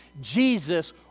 Jesus